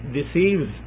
deceives